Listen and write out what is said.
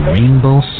Rainbow